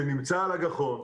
שנמצא על הגחון.